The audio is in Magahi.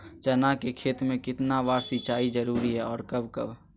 चना के खेत में कितना बार सिंचाई जरुरी है और कब कब?